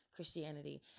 Christianity